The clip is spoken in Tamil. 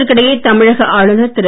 இதற்கிடையே தமிழக ஆளுநர் திரு